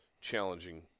challenging